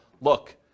look